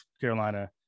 Carolina